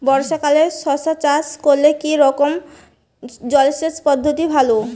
বর্ষাকালে শশা চাষ করলে কি রকম জলসেচ পদ্ধতি ভালো?